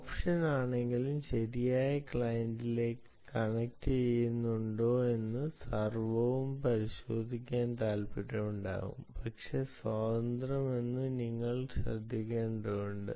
ഓപ്ഷണലാണെങ്കിലും ശരിയായ ക്ലയന്റിലേക്ക് കണക്റ്റുചെയ്യുന്നുണ്ടോയെന്ന് സെർവറും പരിശോധിക്കാൻ താൽപ്പര്യമുണ്ടാകാം പക്ഷേ സ്വതന്ത്രമാണെന്ന് നിങ്ങൾ ശ്രദ്ധിക്കേണ്ടതുണ്ട്